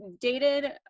dated